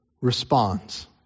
responds